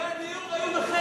מחירי הדיור היו חצי.